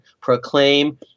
proclaim